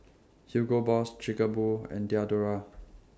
Hugo Boss Chic A Boo and Diadora